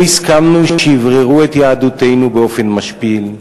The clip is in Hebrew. לא הסכמנו שיבררו את יהדותנו באופן משפיל,